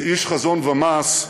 כאיש חזון ומעש,